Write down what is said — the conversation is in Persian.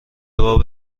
باب